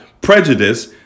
prejudice